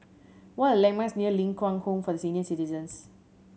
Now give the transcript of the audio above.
what are the landmarks near Ling Kwang Home for Senior Citizens